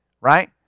Right